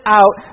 out